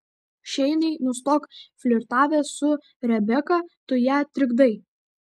šeinai nustok flirtavęs su rebeka tu ją trikdai